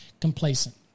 complacent